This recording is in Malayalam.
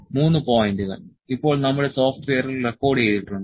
3 പോയിന്റുകൾ ഇപ്പോൾ നമ്മുടെ സോഫ്റ്റ്വെയറിൽ റെക്കോർഡ് ചെയ്തിട്ടുണ്ട്